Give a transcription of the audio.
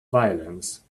violence